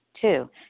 Two